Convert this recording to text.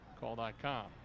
Call.com